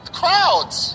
crowds